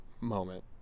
moment